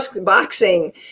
boxing